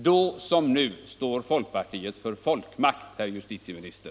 Då som nu står folkpartiet för folkmakt, herr justitieminister.